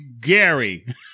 Gary